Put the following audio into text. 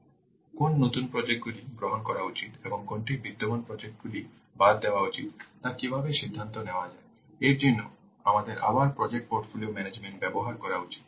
সুতরাং কোন নতুন প্রজেক্ট গুলি গ্রহণ করা উচিত এবং কোনটি বিদ্যমান প্রজেক্ট গুলি বাদ দেওয়া উচিত তা কীভাবে সিদ্ধান্ত নেওয়া যায় এর জন্য আমাদের আবার প্রজেক্ট পোর্টফোলিও ম্যানেজমেন্ট ব্যবহার করা উচিত